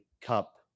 Cup